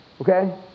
okay